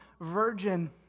virgin